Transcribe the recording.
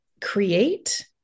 create